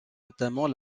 notamment